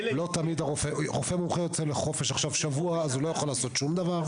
ואם רופא מומחה יוצא לחופש עכשיו לשבוע אז הוא לא יוכל לעשות שום דבר.